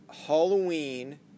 Halloween